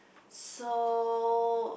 so